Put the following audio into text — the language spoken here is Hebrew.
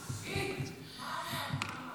סדרנים, אני מבקש להוציא אותו מחוץ לאולם.